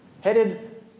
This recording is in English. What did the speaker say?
Headed